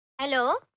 hello,